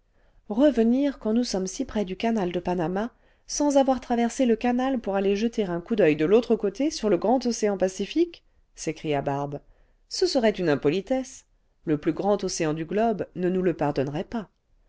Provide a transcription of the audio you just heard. revenir quand nous sommes si près du canal de panama sans avoir traversé le canal pour aller jeter un coup d'ceil de l'antre côté sur le grand océan pacifique s'écria barbe ce serait une impolitesse le plus grand océan du globe ne nous le pardonnerait pas